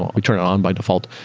we turn it on by default.